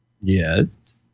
Yes